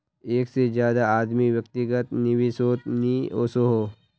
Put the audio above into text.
एक से ज्यादा आदमी व्यक्तिगत निवेसोत नि वोसोह